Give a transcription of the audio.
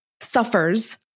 suffers